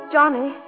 Johnny